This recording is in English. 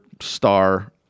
star